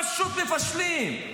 פשוט מפשלים.